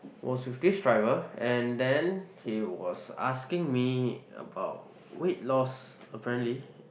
was with this driver and then he was asking me about weigh loss apparently